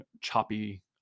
choppy